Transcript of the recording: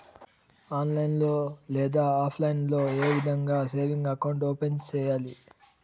online లో లేదా offline లో ఏ విధంగా సేవింగ్ అకౌంట్ ఓపెన్ సేయాలి